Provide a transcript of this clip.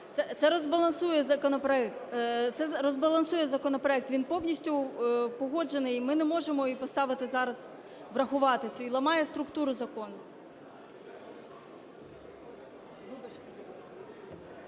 Це розбалансує законопроект, він повністю погоджений і ми не можемо її поставити зараз врахувати… ламає структур закону.